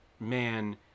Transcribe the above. man